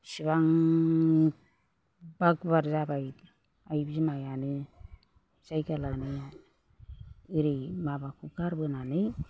बेसेबांबा गुवार जाबाय आइ बिमायानो जायगा लानाया ओरै माबाखौ गारबोनानै